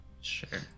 Sure